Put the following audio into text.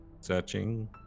searching